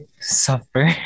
suffer